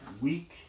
week